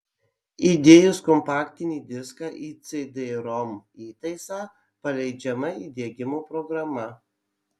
įdėjus kompaktinį diską į cd rom įtaisą paleidžiama įdiegimo programa